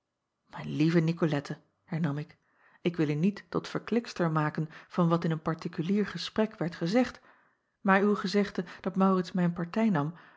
ijn lieve icolette hernam ik ik wil u niet tot verklikster maken van wat in een partikulier gesprek werd gezegd maar uw gezegde dat aurits mijn partij nam